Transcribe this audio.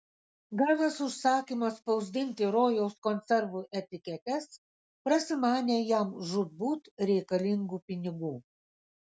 gavęs užsakymą spausdinti rojaus konservų etiketes prasimanė jam žūtbūt reikalingų pinigų